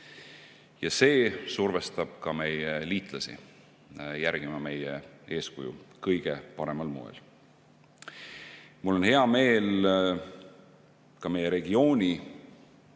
Ja see survestab ka meie liitlasi järgima meie eeskuju kõige paremal moel. Mul on hea meel ka meie regiooni